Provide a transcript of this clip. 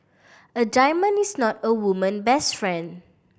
a diamond is not a woman best friend